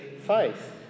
faith